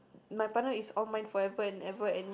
my partner is all mine forever and ever and